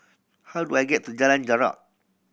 how do I get to Jalan Jarak